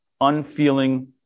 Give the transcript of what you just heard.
unfeeling